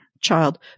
Child